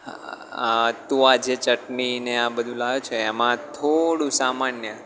હા તું આજે ચટણી ને આ બધું લાવ્યો છે એમાં થોડું સામાન્ય